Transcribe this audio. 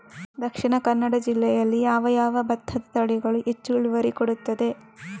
ದ.ಕ ಜಿಲ್ಲೆಯಲ್ಲಿ ಯಾವ ಯಾವ ಭತ್ತದ ತಳಿಗಳು ಹೆಚ್ಚು ಇಳುವರಿ ಕೊಡುತ್ತದೆ?